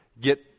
Get